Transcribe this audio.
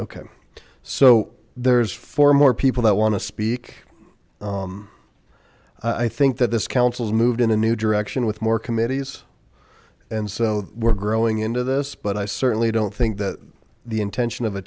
okay so there's four more people that want to speak i think that this council's moved in a new direction with more committees and so we're growing into this but i certainly don't think that the intention of a